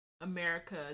America